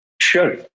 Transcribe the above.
Sure